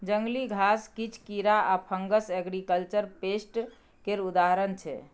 जंगली घास, किछ कीरा आ फंगस एग्रीकल्चर पेस्ट केर उदाहरण छै